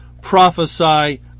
prophesy